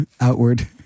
outward